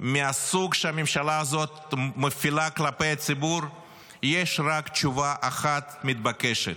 מהסוג שהממשלה הזאת מפעילה כלפי הציבור יש רק תשובה אחת מתבקשת,